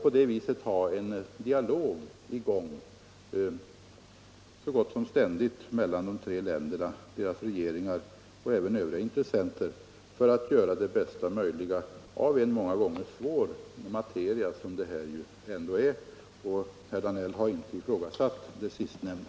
På det sättet har vi så gott som ständigt en dialog i gång mellan de tre länderna, deras regeringar och övriga intressenter för att göra det bästa möjliga av en många gånger svår materia, som detta ändå är. Herr Danell har inte ifrågasatt det sistnämnda.